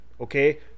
Okay